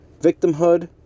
Victimhood